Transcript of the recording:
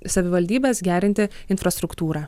savivaldybes gerinti infrastruktūrą